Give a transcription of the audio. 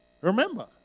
Remember